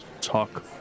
talk